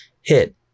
hit